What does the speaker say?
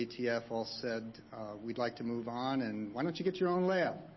atf all said we'd like to move on and why don't you get your own lab?